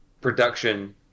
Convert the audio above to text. production